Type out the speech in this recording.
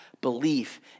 belief